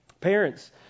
Parents